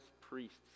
priests